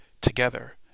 together